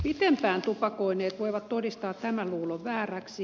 pitempään tupakoineet voivat todistaa tämän luulon vääräksi